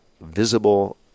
visible